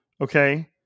Okay